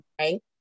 right